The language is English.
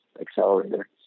accelerator